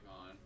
on